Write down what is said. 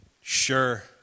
Sure